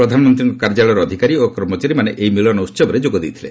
ପ୍ରଧାନମନ୍ତ୍ରୀଙ୍କ କାର୍ଯ୍ୟାଳୟର ଅଧିକାରୀ ଓ କର୍ମଚାରୀମାନେ ଏହି ମିଳନ ଉହବରେ ଯୋଗ ଦେଇଥିଲେ